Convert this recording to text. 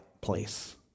place